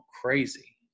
crazy